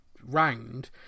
round